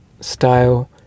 style